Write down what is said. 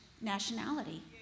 nationality